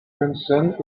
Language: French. johnson